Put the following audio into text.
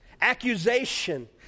accusation